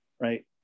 right